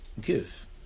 give